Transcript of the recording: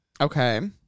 Okay